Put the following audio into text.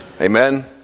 Amen